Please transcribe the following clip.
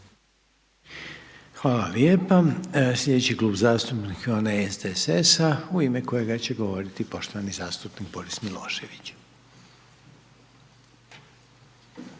Hvala lijepa. Slijedeći Klub zastupnika onaj SDSS-a u ime kojega će govoriti poštovani zastupnik Boris Milošević.